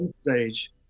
stage